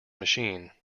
machine